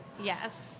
yes